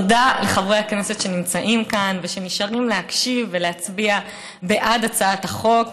תודה לחברי הכנסת שנמצאים כאן ושנשארים להקשיב ולהצביע בעד הצעת החוק.